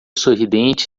sorridente